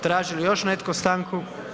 Traži li još netko stanku?